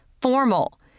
Formal –